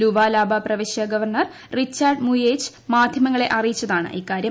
Lualaba പ്രവിശ്യ governor Richard Muyej മാധ്യമങ്ങളെ അറിയിച്ചതാണിക്കാര്യം